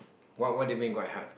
what what do you mean quite hard